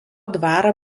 dvarą